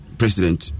president